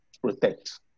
protect